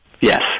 Yes